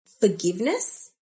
forgiveness